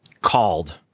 called